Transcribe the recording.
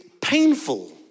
painful